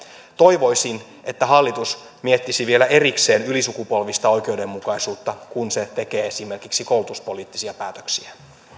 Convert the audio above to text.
toivoisin että hallitus miettisi vielä erikseen ylisukupolvista oikeudenmukaisuutta kun se tekee esimerkiksi koulutuspoliittisia päätöksiä